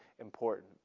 important